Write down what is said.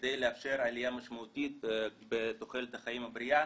כדי לאפשר עלייה משמעותית בתוחלת החיים הבריאה